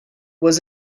was